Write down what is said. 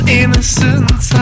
innocent